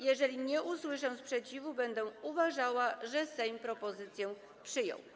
Jeżeli nie usłyszę sprzeciwu, będę uważała, że Sejm propozycję przyjął.